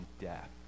death